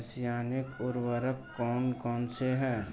रासायनिक उर्वरक कौन कौनसे हैं?